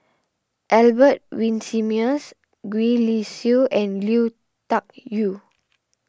Albert Winsemius Gwee Li Sui and Lui Tuck Yew